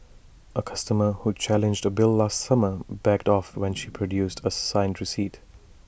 A customer who challenged A bill last summer backed off when she produced A signed receipt